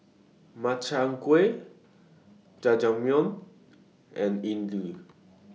Makchang Gui Jajangmyeon and Idili